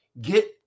get